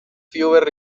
fewer